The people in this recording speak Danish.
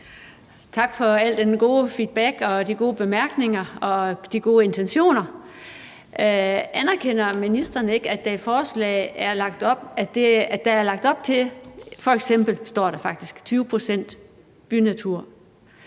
Tak for al den gode feedback og de gode bemærkninger og de gode intentioner. Anerkender ministeren ikke, at der i forslaget – det står der faktisk – er lagt op til